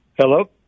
Hello